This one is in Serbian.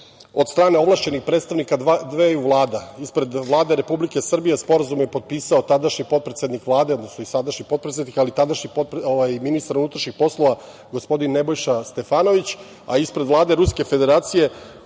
od strane ovlašćenih predstavnika dveju vlada. Ispred Vlade Republike Srbije sporazum je potpisao tadašnji i sadašnji potpredsednik Vlade, tadašnji ministar unutrašnjih poslova, gospodin Nebojša Stefanović, a ispred Vlade Ruske Federacije